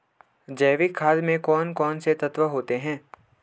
जैविक खाद में कौन कौन से तत्व होते हैं?